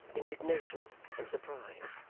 indignation, and surprise.